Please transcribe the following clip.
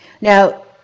Now